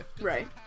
Right